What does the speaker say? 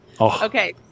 Okay